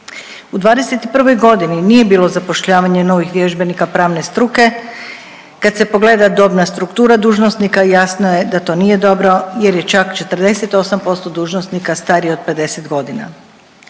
U 21. godini nije bilo zapošljavanja novih vježbenika pravne struke. Kada se pogleda dobna struktura dužnosnika jasno je da to nije dobro jer je čak 48% dužnosnika starije od 50 godina.